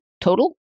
total